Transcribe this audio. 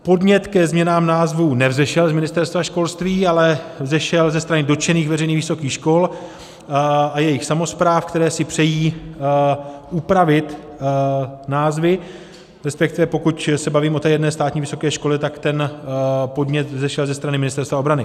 Podnět ke změnám názvů nevzešel z Ministerstva školství, ale vzešel ze strany dotčených veřejných vysokých škol a jejich samospráv, které si přejí upravit názvy, respektive pokud se bavíme o té jedné státní vysoké škole, tak podnět vzešel ze strany Ministerstva obrany.